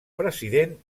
president